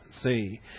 see